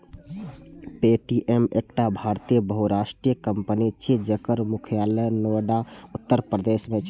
Paytm एकटा भारतीय बहुराष्ट्रीय कंपनी छियै, जकर मुख्यालय नोएडा, उत्तर प्रदेश मे छै